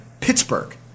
Pittsburgh